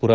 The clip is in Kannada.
ಪುರ